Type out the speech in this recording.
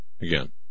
Again